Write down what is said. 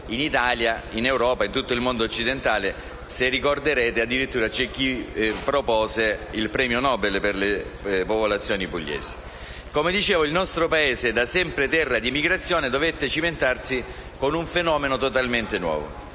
in Italia, in Europa e in tutto il mondo occidentale. Se ricordate, addirittura ci fu chi propose il premio Nobel per le popolazioni pugliesi. Come dicevo, il nostro Paese, da sempre terra di migrazione, dovette cimentarsi con un fenomeno totalmente nuovo.